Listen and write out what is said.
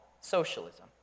socialism